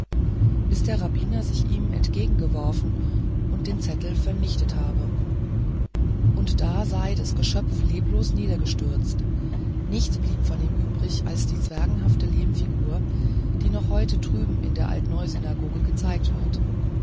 bis der rabbi sich ihm entgegengeworfen und den zettel vernichtet habe und da sei das geschöpf leblos niedergestürzt nichts blieb von ihm übrig als die zwerghafte lehmfigur die heute noch drüben in der altneusynagoge gezeigt wird